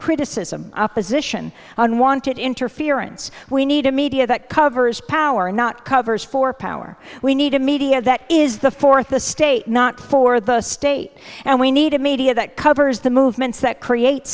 criticism opposition unwanted interference we need a media that covers power not covers for power we need a media that is the fourth the state not for the state and we need a media that covers the movements that create